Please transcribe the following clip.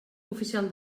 oficial